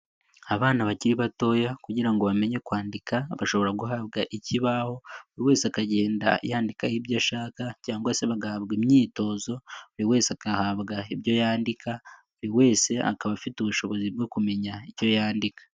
Abana bakiri batoya kugira ngo bamenye kwandika bashobora guhabwa ikibaho buri wese akagenda yandikaho ibyo ashaka cyangwa se bagahabwa imyitozo buri wese agahabwa ibyo yandika, buri wese akaba afite ubushobozi bwo kumenya icyo yandika.